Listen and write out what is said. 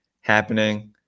happening